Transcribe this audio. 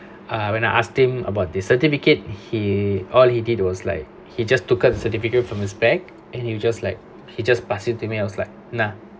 uh when I asked him about the certificate he all he did was like he just took out a certificate from his bag and he were just like he just passed it to me and was like nah